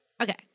Okay